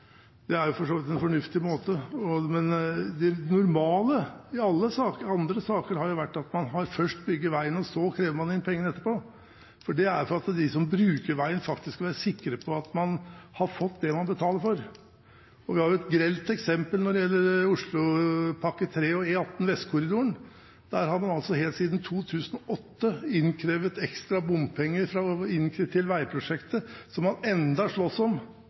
Det er for så vidt en fornuftig måte. Men det normale i andre saker har jo vært at man først har bygget veien og så krevd inn pengene etterpå. Det er fordi de som bruker veien, skal være sikre på at man har fått det man betaler for. Vi har jo et grelt eksempel når det gjelder Oslopakke 3 og E18 Vestkorridoren. Der har man helt siden 2008 innkrevd ekstra bompenger til veiprosjektet, som man ennå slåss om